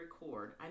record